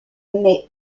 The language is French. mais